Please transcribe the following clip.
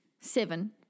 seven